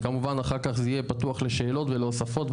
וכמובן אחר כך זה יהיה פתוח לשאלות ולהוספות,